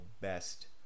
best